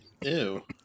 Ew